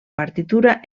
partitura